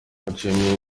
haciyeho